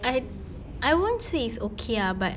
I I won't say it's okay ah but